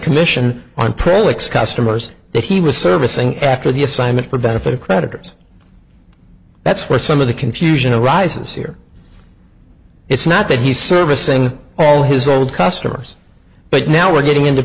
commission on preludes customers that he was servicing after the assignment would benefit creditors that's where some of the confusion arises here it's not that he's servicing all his old customers but now we're getting into